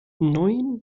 neun